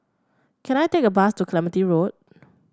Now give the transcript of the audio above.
can I take a bus to Clementi Road